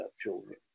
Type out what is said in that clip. children